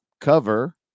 cover